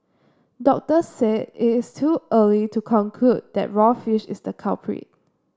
doctors said it is too early to conclude that raw fish is the culprit